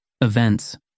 events